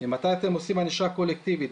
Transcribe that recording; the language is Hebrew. ממתי אתם עושים ענישה קולקטיבית?